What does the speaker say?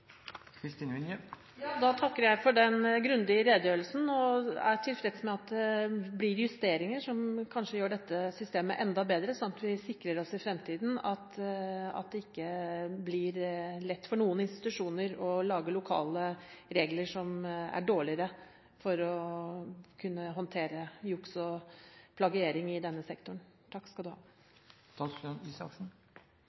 takker for den grundige redegjørelsen. Jeg er tilfreds med at det blir justeringer som kanskje gjør dette systemet enda bedre, sånn at vi sikrer oss at det i framtiden ikke blir lett for noen institusjoner å lage lokale regler som er dårligere når det gjelder å håndtere juks og plagiering i denne sektoren. Så takk skal du ha.